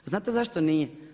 A znate zašto nije?